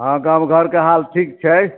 हँ गामघरके हाल ठीक छै